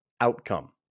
outcome